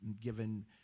given